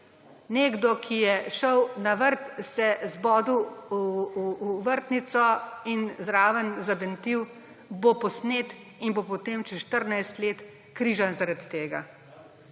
Nekdo, ki je šel na vrt, se zbodel v vrtnico in zraven zabentil, bo posnet in bo potem čez 14 let križan zaradi tega.